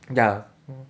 ya